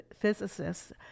physicists